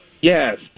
Yes